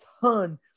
ton